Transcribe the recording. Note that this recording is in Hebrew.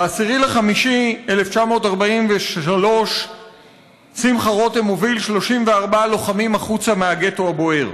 ב-10 במאי 1943 שמחה רותם הוביל 34 לוחמים החוצה מהגטו הבוער.